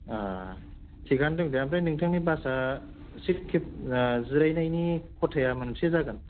थिखआनो दं दे आमफ्राय नोंथांनि बासआ एसे खेब जिरायनायनि खथाया मोनबसे जागोन